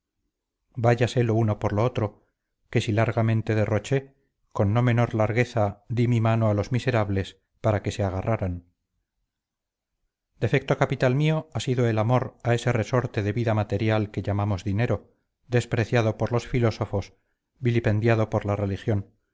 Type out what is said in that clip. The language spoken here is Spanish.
váyase lo uno por lo otro que si largamente derroché con no menor largueza di mi mano a los miserables para que se agarraran defecto capital mío ha sido el amor a ese resorte de vida material que llamamos dinero despreciado por los filósofos vilipendiado por la religión